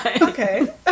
Okay